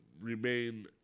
remain